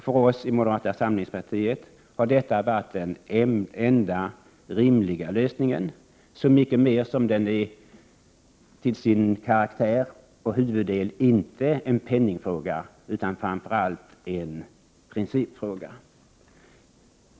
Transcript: För oss i moderata samlingspartiet har den här nämnda lösningen varit den enda rimliga — särskilt som det här i huvudsak inte är en penningfråga utan en principfråga.